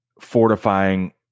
fortifying